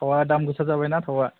थावआ दाम गोसा जाबायना